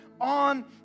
on